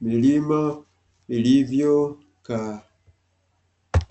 milima ilivyokaa.